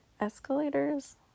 escalators